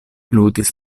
ludis